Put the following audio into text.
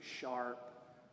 sharp